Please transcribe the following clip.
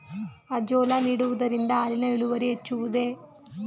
Azolla ನೀಡುವುದರಿಂದ ಹಾಲಿನ ಇಳುವರಿ ಹೆಚ್ಚುವುದೇ?